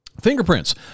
Fingerprints